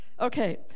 Okay